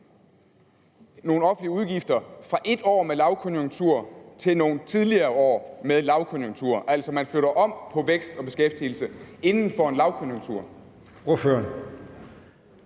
nogle offentlige udgifter, fra et år med lavkonjunktur til nogle tidligere år med lavkonjunktur, altså at man flytter om på vækst og beskæftigelse inden for en lavkonjunktur?